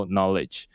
Knowledge